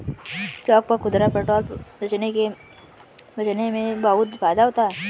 चौक पर खुदरा पेट्रोल बेचने में बहुत फायदा होता है